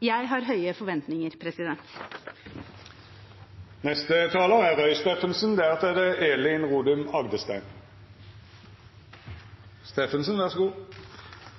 Jeg har høye forventninger. Representanten Asphjell sa noe tidligere i dag som jeg er